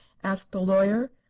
asked the lawyer.